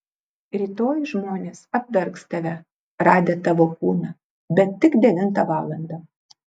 rytoj žmonės apverks tave radę tavo kūną bet tik devintą valandą